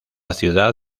ciudad